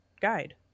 guide